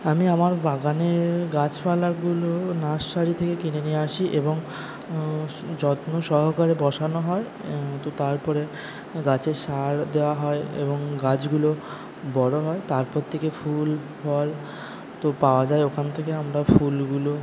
আমি আমার বাগানের গাছপালাগুলো নার্সারি থেকে কিনে নিয়ে আসি এবং যত্ন সহকারে বসানো হয় তারপরে গাছের সার দেওয়া হয় এবং গাছগুলো বড়ো হয় তারপর থেকে ফুল ফল তো পাওয়া যায় ওখান থেকে আমরা ফুলগুলো